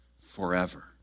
forever